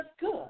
good